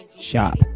shop